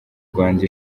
rwanda